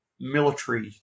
military